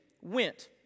went